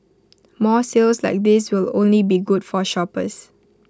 more sales like these will only be good for shoppers